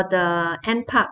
the N park